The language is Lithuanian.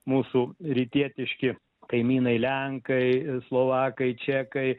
mūsų rytietiški kaimynai lenkai slovakai čekai